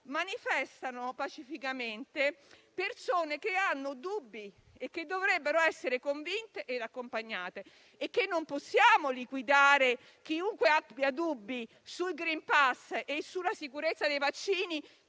manifestano pacificamente persone che hanno dubbi e che dovrebbero essere convinte e accompagnate. Non possiamo liquidare chiunque abbia dubbi sul *green pass* e sulla sicurezza dei vaccini